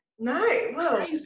No